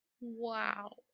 Wow